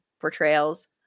portrayals